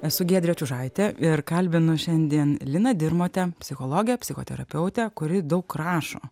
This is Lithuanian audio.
esu giedrė čiužaitė ir kalbinu šiandien liną dirmotę psichologę psichoterapeutę kuri daug rašo